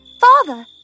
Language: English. Father